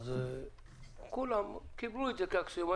חשמל בשנה למספר מעבדות שיש בישראל זה כמות לא קטנה אז יש עיכובים.